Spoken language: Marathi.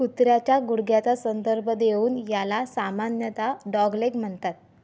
कुत्र्याच्या गुडघ्याचा संदर्भ देऊन याला सामान्यत डॉगलेग म्हणतात